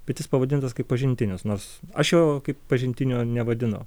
bet jis pavadintas kaip pažintinis nors aš jo kaip pažintinio nevadinu